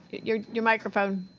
your your microphone.